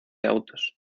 autos